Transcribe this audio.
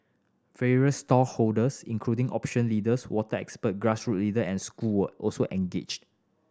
various stakeholders including opinion leaders water expert grassroot leader and school were also engaged